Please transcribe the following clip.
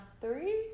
three